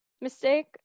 mistake